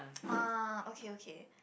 ah okay okay